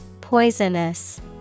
Poisonous